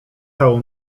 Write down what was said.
całą